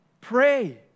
pray